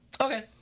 Okay